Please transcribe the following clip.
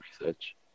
research